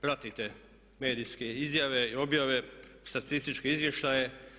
Pratite medijske izjave i objave, statističke izvještaje.